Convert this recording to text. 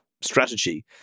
strategy